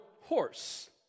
horse